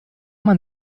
man